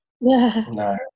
No